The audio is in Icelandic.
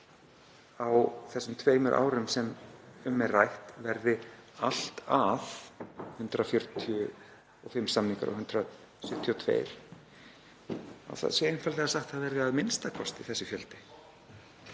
á þessum tveimur árum sem um er rætt verði allt að 145 samningar og 172, verði einfaldlega sagt að það verði a.m.k. þessi fjöldi.